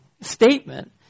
statement